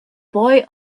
boy